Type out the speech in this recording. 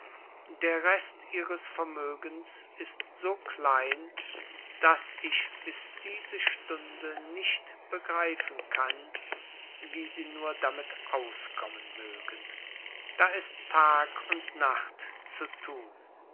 der rest ihres vermögens ist so klein daß ich bis diese stunde nicht begreifen kann wie sie nur damit auskommen mögen da ist tag und nacht zu tun